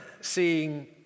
seeing